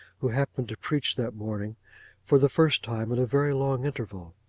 who happened to preach that morning for the first time in a very long interval.